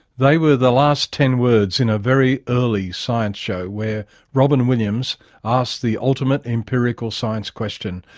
they were the last ten words in a very early science show where robyn williams asked the ultimate empirical science question,